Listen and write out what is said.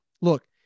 Look